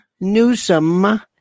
Newsom